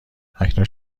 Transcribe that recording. اکنون